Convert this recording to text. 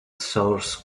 source